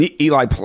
Eli